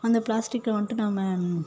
அந்த பிளாஸ்டிக்கை வந்துவிட்டு நம்ம